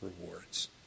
rewards